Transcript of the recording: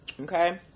okay